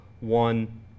one